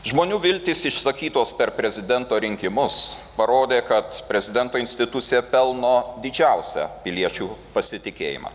žmonių viltys išsakytos per prezidento rinkimus parodė kad prezidento institucija pelno didžiausią piliečių pasitikėjimą